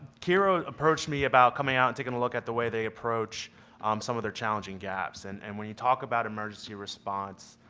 kira approached me about coming out, taking a look at the way they approach um some of their challenging gaps, and and when you talk about emergency response,